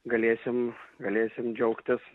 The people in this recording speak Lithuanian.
galėsim galėsim džiaugtis